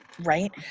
right